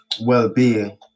well-being